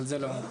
אבל זה לא.